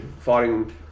fighting